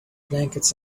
blankets